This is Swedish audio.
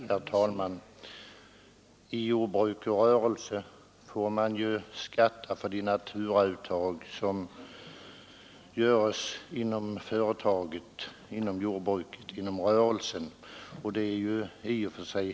Herr talman! Jordbrukare och rörelseidkare får ju skatta för de naturauttag som görs inom jordbruket eller rörelsen, och det är helt i sin ordning.